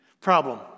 problem